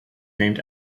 named